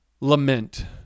lament